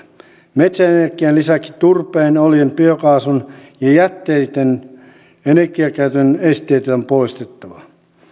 metsäenergian lisäksi turpeen oljen biokaasun ja jätteitten energiakäytön esteet on poistettava